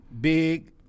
Big